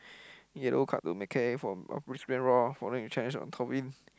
yellow card to McKay from Brisbane-Roar following a change on Tobin